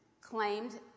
claimed